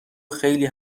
خیلی